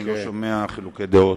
לאן לייעד את הכסף,